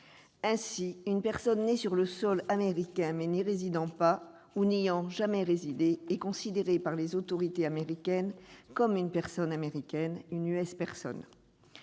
Ainsi, une personne née sur le sol américain, mais n'y résidant pas, voire n'y ayant jamais résidé, est considérée par les autorités américaines comme une personne américaine, une «».